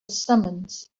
summons